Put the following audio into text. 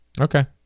Okay